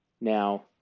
Now